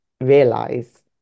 realize